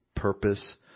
purpose